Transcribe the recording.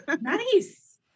Nice